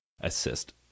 assist